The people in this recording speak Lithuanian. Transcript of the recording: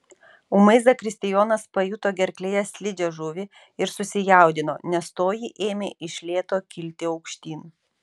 ūmai zakristijonas pajuto gerklėje slidžią žuvį ir susijaudino nes toji ėmė iš lėto kilti aukštyn